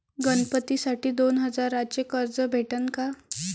गणपतीसाठी दोन हजाराचे कर्ज भेटन का?